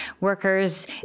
workers